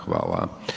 Hvala.